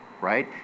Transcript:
right